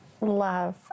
love